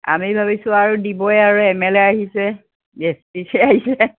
আমি ভাবিছোঁ আৰু দিবই আৰু এম এল এ আহিছে